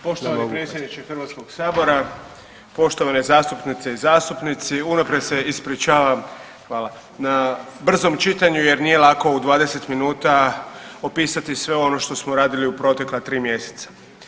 Poštovani predsjedniče HS-a, poštovane zastupnice i zastupnici, unaprijed se ispričavam na brzom čitanju jer nije lako u 20 minuta opisati sve ono što smo radili u protekla 3 mjeseca.